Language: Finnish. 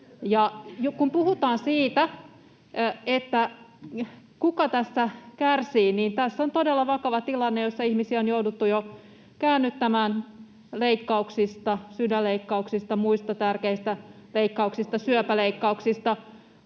Kun puhutaan siitä, kuka tästä kärsii, niin tässä on todella vakava tilanne, jossa ihmisiä on jouduttu jo käännyttämään leikkauksista, sydänleikkauksista, muista tärkeistä leikkauksista, syöpäleikkauksista.